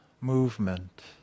movement